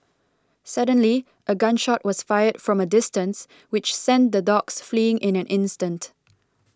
suddenly a gun shot was fired from a distance which sent the dogs fleeing in an instant